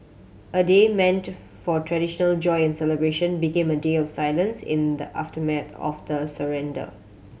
a day meant for traditional joy and celebration became a day of silence in the aftermath of the surrender